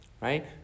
right